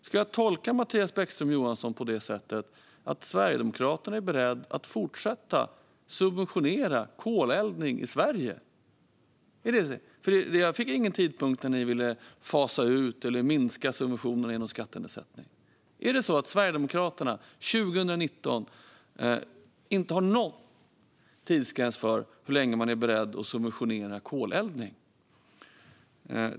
Ska jag tolka Mattias Bäckström Johansson så att Sverigedemokraterna är beredda att fortsätta att subventionera koleldning i Sverige? Jag fick ingen tidpunkt för när ni vill fasa ut eller minska subventionerna genom skattenedsättning. Är det så att Sverigedemokraterna 2019 inte har någon tidsgräns för hur länge man är beredd att subventionera koleldning?